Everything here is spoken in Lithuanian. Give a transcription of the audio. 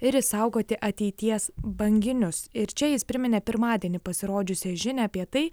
ir išsaugoti ateities banginius ir čia jis priminė pirmadienį pasirodžiusią žinią apie tai